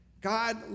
God